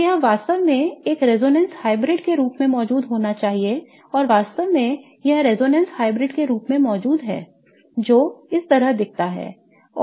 तो यह वास्तव में एक रेजोनेंस हाइब्रिड के रूप में मौजूद होना चाहिए और वास्तव में यह रेजोनेंस हाइब्रिड के रूप में मौजूद है जो इस तरह दिखता है